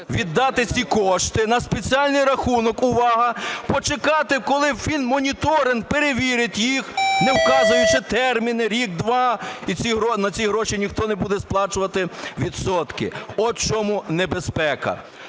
віддати ці кошти на спеціальний рахунок. Увага, почекати, коли фінмоніторинг перевірить їх, не вказуючи термін, рік-два. І на ці гроші ніхто не буде сплачувати відсотки – от в чому небезпека.